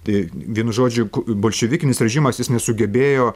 tai vienu žodžiu bolševikinis režimas jis nesugebėjo